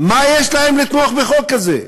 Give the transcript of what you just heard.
מה יש להם לתמוך בחוק כזה?